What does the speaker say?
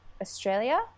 Australia